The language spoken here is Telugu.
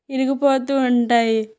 విరిగిపోతూ ఉంటాయి